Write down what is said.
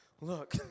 look